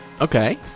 Okay